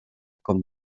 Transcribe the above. com